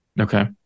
Okay